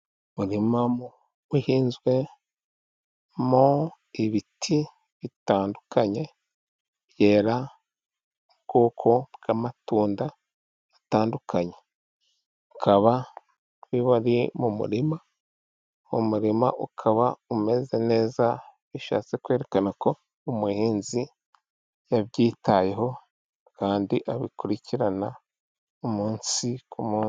Umurima uhinzwe mo ibiti bitandukanye, byera ubwoko bw'amatunda atandukanye, akaba ari mu murima, umurima ukaba umeze neza, bishatse kwerekana ko umuhinzi yabyitayeho, kandi abikurikirana umunsi ku munsi.